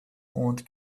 und